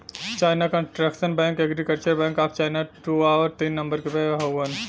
China construction bank, agriculture bank of China दू आउर तीन नम्बर पे हउवन